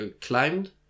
climbed